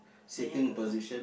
the younger couple